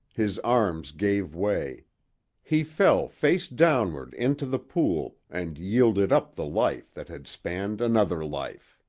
his arms gave way he fell, face downward, into the pool and yielded up the life that had spanned another life.